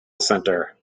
centre